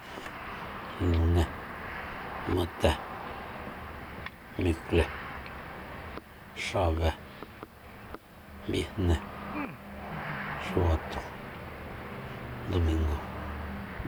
Lunée matée miuclée xabée viejnée xubatu ndumingúu